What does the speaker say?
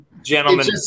Gentlemen